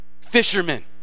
Fishermen